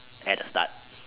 at the start